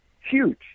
huge